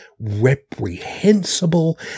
reprehensible